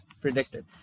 predicted